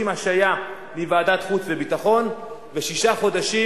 השעיה מוועדת חוץ וביטחון ושישה חודשים